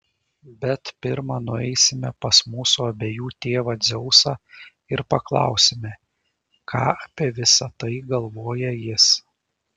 bet pirma nueisime pas mūsų abiejų tėvą dzeusą ir paklausime ką apie visa tai galvoja jis